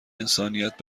انسانیت